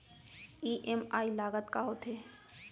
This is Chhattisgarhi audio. ई.एम.आई लागत का होथे?